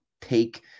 take